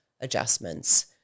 adjustments